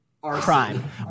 crime